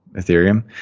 Ethereum